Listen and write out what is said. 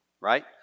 right